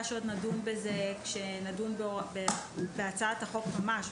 שעוד נדון בזה כשנדון בהצעת החוק ממש,